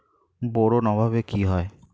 Boron অভাবে কি হয়?